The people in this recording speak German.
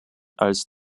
als